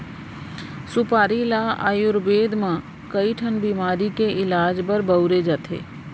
सुपारी ल आयुरबेद म कइ ठन बेमारी के इलाज बर बउरे जाथे